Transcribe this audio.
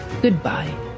Goodbye